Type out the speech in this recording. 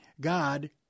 God